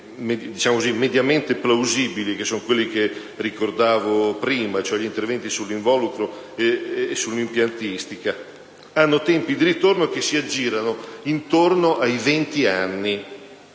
investimenti mediamente plausibili, che sono quelli che ricordavo prima, cioè gli interventi sull'involucro e sull'impiantistica, hanno tempi di ritorno (*payback period*) che si aggirano intorno ai venti anni.